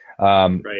right